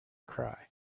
cry